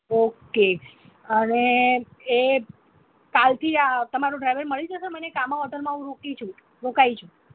okay અને એ કાલથી આ તમારો ડ્રાઈવર મળી જશે મને કામા હોટલમાં હું રુકી છું રોકાઈ છું